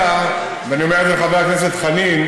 אלא, ואני אומר את זה לחבר הכנסת חנין: